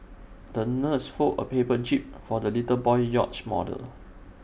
the nurse folded A paper jib for the little boy's yacht model